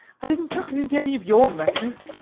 i didn't chuck it into any of your messes.